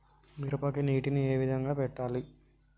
మిరపకి నీటిని ఏ విధంగా పెట్టాలి?